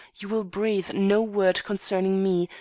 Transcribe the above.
you will breathe no word concerning me,